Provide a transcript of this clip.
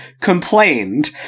complained